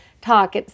talk